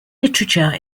literature